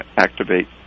activate